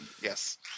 Yes